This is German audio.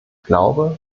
glaube